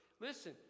listen